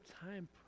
time